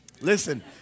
Listen